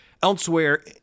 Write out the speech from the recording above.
Elsewhere